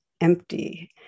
empty